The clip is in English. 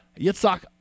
Yitzhak